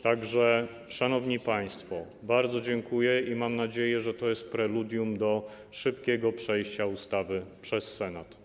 Tak że, szanowni państwo, bardzo dziękuję i mam nadzieję, że to jest preludium do szybkiego przejścia ustawy przez Senat.